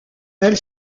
elle